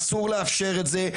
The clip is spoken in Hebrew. אסור לאפשר את זה.